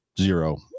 zero